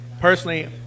personally –